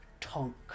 Tonk